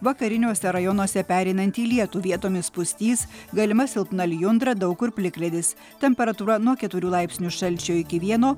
vakariniuose rajonuose pereinanti į lietų vietomis pustys galima silpna lijundra daug kur plikledis temperatūra nuo keturių laipsnių šalčio iki vieno